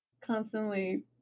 constantly